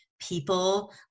people